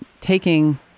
taking